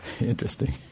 interesting